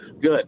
Good